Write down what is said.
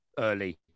Early